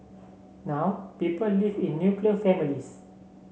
now people live in nuclear families